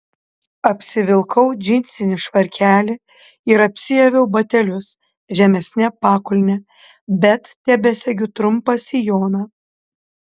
apsivilkau džinsinį švarkelį ir apsiaviau batelius žemesne pakulne bet tebesegiu trumpą sijoną